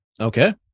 okay